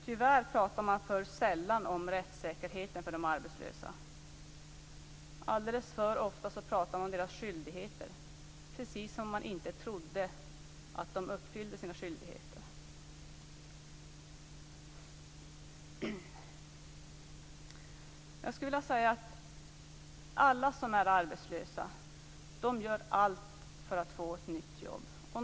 Tyvärr pratar man för sällan om rättssäkerheten för de arbetslösa. Alldeles för ofta pratar man om deras skyldigheter, precis som om man inte trodde att de uppfyllde sina skyldigheter. Jag skulle vilja säga att alla som är arbetslösa gör allt för att få ett nytt jobb.